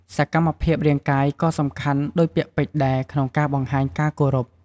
សកម្មភាពរាងកាយក៏សំខាន់ដូចពាក្យពេចន៍ដែរក្នុងការបង្ហាញការគោរព។